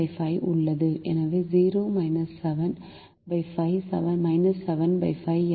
எனவே 0 7 5 75